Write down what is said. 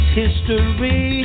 history